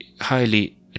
Highly